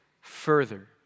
further